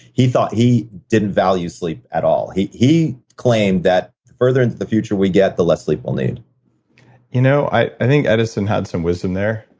he thought. he didn't value sleep at all. he he claimed that the further into the future we get, the less sleep we'll need you know, i think edison had some wisdom there.